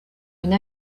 une